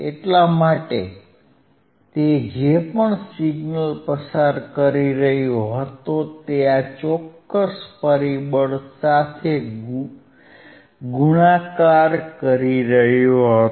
એટલા માટે તે જે પણ સિગ્નલ પસાર કરી રહ્યો હતો તે આ ચોક્કસ પરિબળ સાથે ગુણાકાર કરી રહ્યો હતો